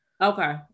okay